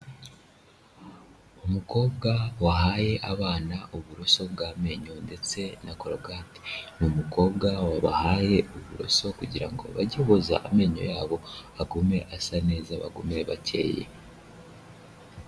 Umukobwa wahaye abana uburoso bw'amenyo ndetse na korogate, ni umukobwa wabahaye uburoso kugira ngo bajye boza amenyo yabo agume asa neza, bagome bakeye.